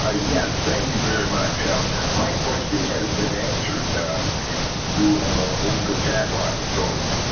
ah yes, thank you very much. um my question has been answered do over the chat line. so